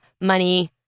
money